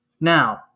Now